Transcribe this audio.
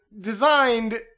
designed